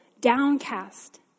downcast